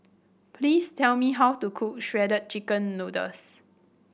please tell me how to cook Shredded Chicken Noodles